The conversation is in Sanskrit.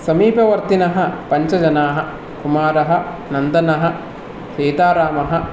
समीपवर्तिनः पञ्चजनाः कुमारः नन्दनः सीतारामः